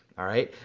alright.